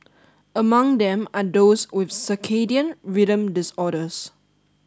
among them are those with circadian rhythm disorders